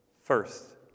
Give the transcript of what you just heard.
First